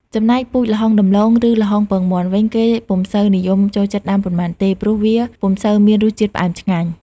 ចំំណែកពូជល្ហុងដំឡូង ឬល្ហុងពងមាន់វិញ គេពុំសូវនិយមចូលចិត្តដាំប៉ុន្មានទេ ព្រោះវាពុំសូវមានរសជាតិផ្អែមឆ្ងាញ់។